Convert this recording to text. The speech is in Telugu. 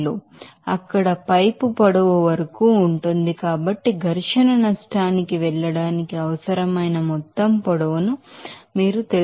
01 మీటర్లు అక్కడ పైపు పొడవు వరకు ఉంటుంది కాబట్టి ఫ్రిక్షన్ లాస్ కి వెళ్ళడానికి అవసరమైన మొత్తం పొడవు ను మీరు తెలుసు